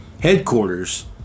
headquarters